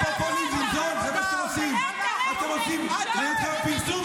בושה וחרפה אתה, תראה, תראה ----- פרסום זול.